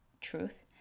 truth